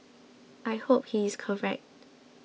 I hope he is correct